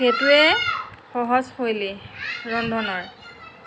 সেইটোৱে সহজ শৈলী ৰন্ধনৰ